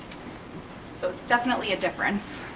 so definitely a difference.